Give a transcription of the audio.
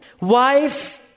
Wife